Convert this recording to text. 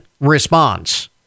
response